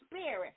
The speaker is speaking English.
spirit